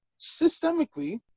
systemically